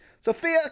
Sophia